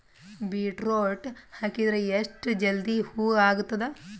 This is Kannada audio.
ಬೀಟರೊಟ ಹಾಕಿದರ ಎಷ್ಟ ಜಲ್ದಿ ಹೂವ ಆಗತದ?